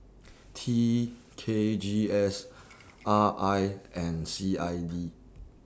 T K G S R I and C I D